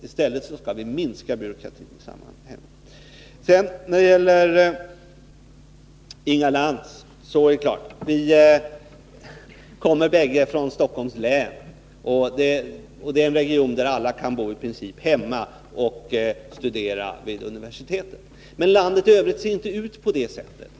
I stället skall vi minska byråkratin i samhället. Till Inga Lantz: Vi kommer bägge från Stockholms län, och det är en region där alla i princip kan bo hemma och studera vid universitetet. Men landet i övrigt ser inte ut på det sättet.